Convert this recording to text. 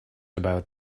about